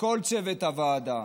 ולכל צוות הוועדה,